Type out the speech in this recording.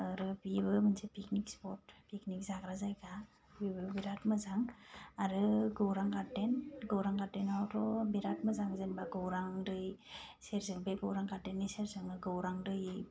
आरो बिबो मोनसे पिकनिक स्पट पिकनिक जाग्रा जायगा बिबो बिरात मोजां आरो गौरां गार्डेन गौरां गार्डेनावथ' बिरात मोजां जेनेबा गौरां दै सेरजों बे गौरां गार्डेननि सेरजोंनो गौरां दै